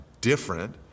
different